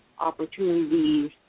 opportunities